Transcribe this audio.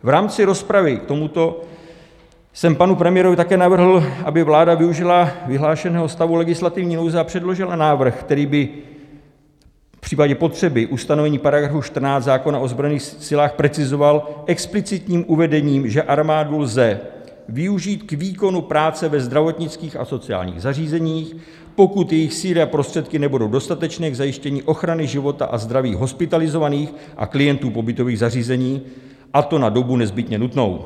V rámci rozpravy k tomuto jsem panu premiérovi také navrhl, aby vláda využila vyhlášeného stavu legislativní nouze a předložila návrh, který by v případě potřeby ustanovení § 14 zákona o ozbrojených silách precizoval explicitním uvedením, že armádu lze využít k výkonu práce ve zdravotnických a sociálních zařízeních, pokud jejich síly a prostředky nebudou dostatečné k zajištění ochrany života a zdraví hospitalizovaných a klientů pobytových zařízení, a to na dobu nezbytně nutnou.